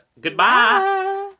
Goodbye